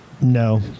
No